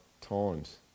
times